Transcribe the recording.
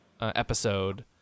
episode